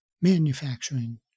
manufacturing